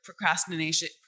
procrastination